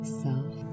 self